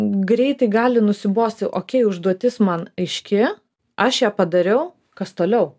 greitai gali nusibosti o kai užduotis man aiški aš ją padariau kas toliau